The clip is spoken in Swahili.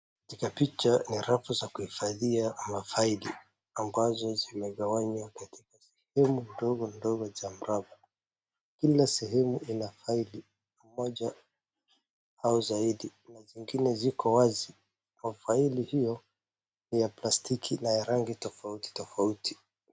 Katika picha ni rafu za kuhifadhia mafaili ambazi zimegawanywa katika sehemu ndogo ndogo. Kila sehemu ina faili moja au zaidi. Kuna zingine ziko wazi. Mafaili hizo ni za plastiki na rangi tofauti tofauti.